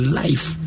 life